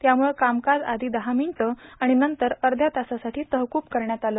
त्यामुळं कामकाज आधी दहा मिनीटं आणि नंतर अर्ध्या तासासाठी तहकूब करण्यात आलं